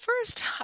first